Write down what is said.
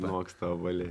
noksta obuoliai